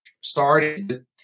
started